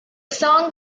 song